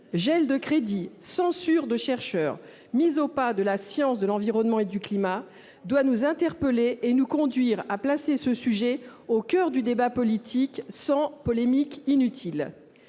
gels de crédits, censure de chercheurs, mise au pas de la science de l'environnement et du climat -doit nous interpeller et nous conduire à placer ce sujet au coeur du débat politique, sans polémique inutile.